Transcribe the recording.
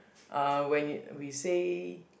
uh when it we say